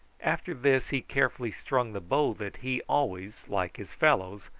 after this he carefully strung the bow that he always, like his fellows,